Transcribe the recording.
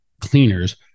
cleaners